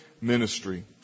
ministry